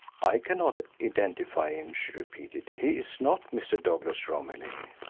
i cannot identify him, she repeated. he is not mr. douglas romilly.